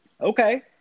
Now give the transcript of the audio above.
okay